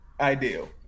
ideal